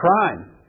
crime